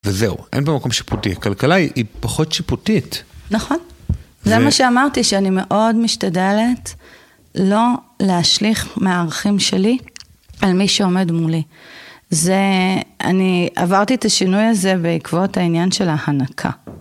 וזהו, אין בו מקום שיפוטי, הכלכלה היא פחות שיפוטית. נכון. זה מה שאמרתי, שאני מאוד משתדלת לא להשליך מערכים שלי אל מי שעומד מולי. זה... אני עברתי את השינוי הזה בעקבות העניין של ההנקה.